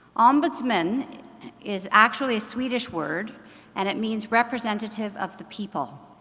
ombudsman is actually a swedish word and it means representative of the people.